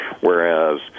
whereas